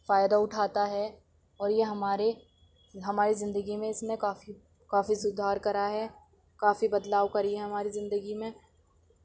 فائدہ اٹھاتا ہے اور یہ ہمارے ہماری زندگی میں اس نے کافی کافی سدھار کرا ہے کافی بدلاؤ کری ہے ہماری زندگی میں